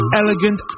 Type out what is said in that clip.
elegant